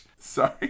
sorry